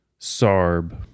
SARB